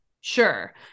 Sure